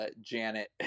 Janet